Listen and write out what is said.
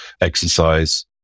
exercise